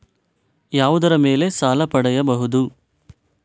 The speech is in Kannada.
ಯಾವುದರ ಮೇಲೆ ಸಾಲ ಪಡೆಯಬಹುದು?